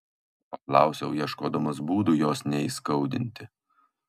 paklausiau ieškodamas būdų jos neįskaudinti